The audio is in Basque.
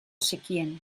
zekien